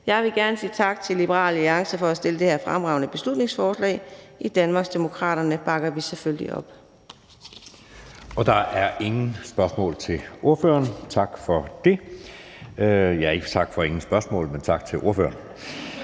Jeg vil gerne sige tak til Liberal Alliance for at fremsætte det her fremragende beslutningsforslag. I Danmarksdemokraterne bakker vi selvfølgelig op. Kl. 18:17 Anden næstformand (Jeppe Søe): Der er ingen spørgsmål til ordføreren. Tak for det – altså ikke tak for, at der ikke er nogen spørgsmål, men tak til ordføreren.